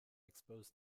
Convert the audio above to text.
expose